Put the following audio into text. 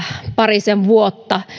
parisen vuotta